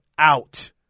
out